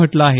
म्हटलं आहे